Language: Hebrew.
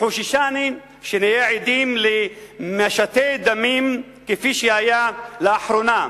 חוששני שנהיה עדים למשטי דמים כפי שהיה לאחרונה,